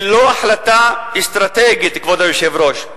ללא החלטה אסטרטגית, כבוד היושב-ראש,